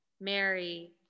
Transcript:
Mary